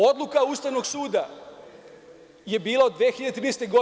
Odluka Ustavnog suda je bila 2013. godine.